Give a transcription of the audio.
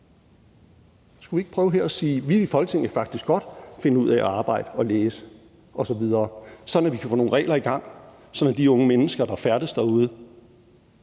Skulle vi ikke prøve her at sige: Vi i Folketinget kan faktisk godt finde ud af at arbejde og læse osv., sådan at vi kan få nogle regler i gang, sådan at de unge mennesker, der færdes derude,